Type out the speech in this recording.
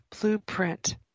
blueprint